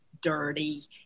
dirty